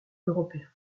européen